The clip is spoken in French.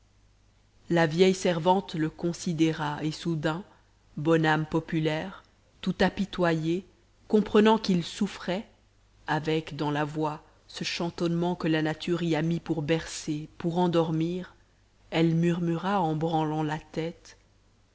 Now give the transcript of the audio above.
la vieille servante le considéra et soudain bonne âme populaire tout apitoyée comprenant qu'il souffrait avec dans la voix ce chantonnement que la nature y a mis pour bercer pour endormir elle murmura en branlant la tète